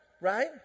right